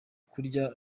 kurya